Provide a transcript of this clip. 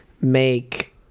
make